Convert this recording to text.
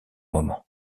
moments